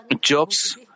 Job's